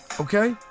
Okay